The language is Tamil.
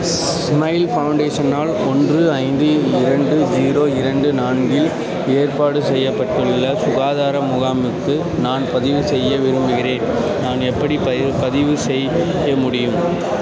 ஸ்மைல் ஃபவுண்டேஷனால் ஒன்று ஐந்து இரண்டு ஜீரோ இரண்டு நான்கில் ஏற்பாடு செய்யப்பட்டுள்ள சுகாதார முகாமுக்கு நான் பதிவு செய்ய விரும்புகிறேன் நான் எப்படி பதிவு பதிவு செய்ய முடியும்